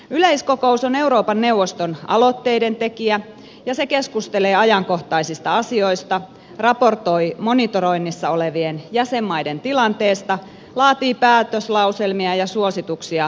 yleiskokous on euroopan neuvoston aloitteidentekijä ja se keskustelee ajankohtaisista asioista raportoi monitoroinnissa olevien jäsenmaiden tilanteesta laatii päätöslauselmia ja suosituksia ministerikomitealle